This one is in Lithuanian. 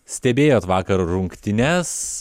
stebėjot vakar rungtynes